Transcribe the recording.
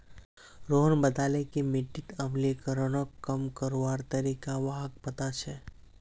रोहन बताले कि मिट्टीत अम्लीकरणक कम करवार तरीका व्हाक पता छअ